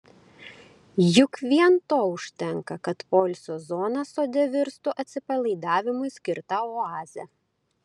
juk vien to užtenka kad poilsio zona sode virstų atsipalaidavimui skirta oaze